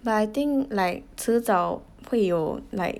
but I think like 迟早会有 like